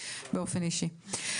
באופן אישי.